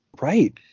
right